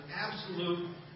absolute